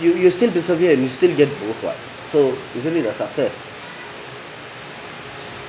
you you still persevere and you still get both [what] so isn't it a success